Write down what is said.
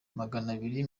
maganabiri